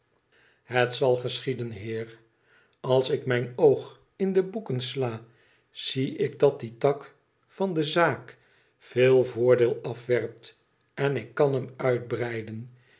ihet zal geschieden heer als ik mijn oog in de boeken sla zie ik dat die tak van de zaak veel voordeel afwerpt en ik kan hem uitbreiden